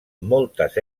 moltes